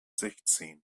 sechtzehn